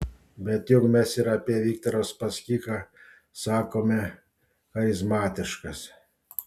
bet juk mes ir apie viktorą uspaskichą sakome charizmatiškas